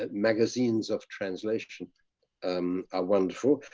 ah magazines of translation um are wonderful.